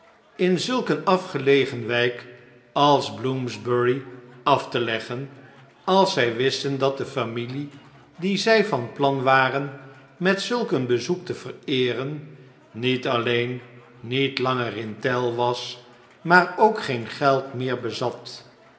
in zulk een afgelegen wijk als bloomsbury af te leggen als zij wisten dat de familie die zij van plan waren met zulk een bezoek te vereeren niet alleen niet langer in tel was maar ook geen geld meerbezat